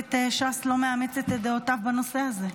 שמפלגת ש"ס לא מאמצת את דעותיו בנושא הזה.